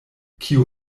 kiu